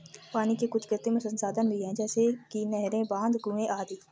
पानी के कुछ कृत्रिम संसाधन भी हैं जैसे कि नहरें, बांध, कुएं आदि